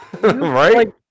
right